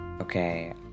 Okay